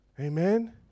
Amen